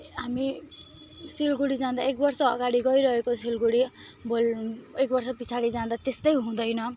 हामी सिलगढी जाँदा एक वर्ष अगाडि गइरहेको सिलगढी भोलि एक वर्ष पिछाडि जाँदा त्यस्तै हुँदैन